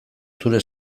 zure